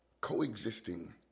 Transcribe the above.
coexisting